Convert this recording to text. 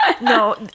No